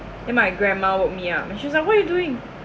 then my grandma woke me up and she's like what you doing